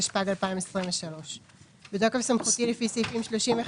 התשפ"ג 2023 בתוקף סמכותי לפי סעיפים 35,